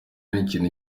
n’ikintu